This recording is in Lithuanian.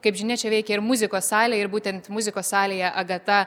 kaip žinia čia veikia ir muzikos salė ir būtent muzikos salėje agata